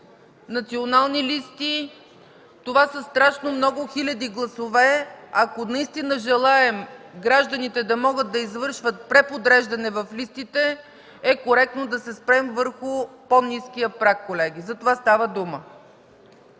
национални листи – това са страшно много хиляди гласове. Ако наистина желаем гражданите да могат да извършват преподреждане в листите, е коректно да се спрем върху по-ниския праг, колеги. За това става дума.